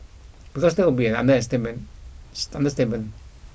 because that would be understatement